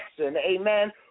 Amen